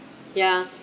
ya